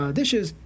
dishes